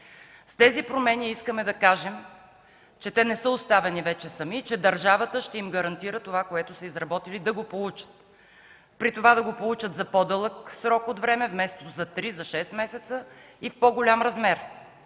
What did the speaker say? С тези промени искаме да кажем, че те вече не са оставени сами и държавата ще им гарантира това, което са изработили, да го получат, при това да го получат за по-дълъг срок от време – вместо за три – за шест месеца, и в по-голям размер